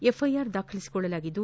FIR ದಾಖಲಿಸಿಕೊಳ್ಳಲಾಗಿದ್ದು